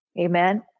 Amen